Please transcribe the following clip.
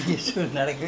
nonsense